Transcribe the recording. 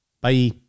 Bye